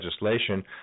legislation